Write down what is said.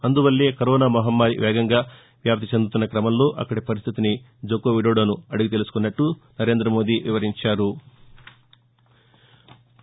అందువల్లే కరోనా మహమ్మరి వేగంగా వ్యాప్తి చెందుతున్న క్రమంలో అక్కడి పరిస్థితిని జోకో విడొడోను అడిగి తెలుసుకున్నానని నరేం్రద మోదీ తెలిపారు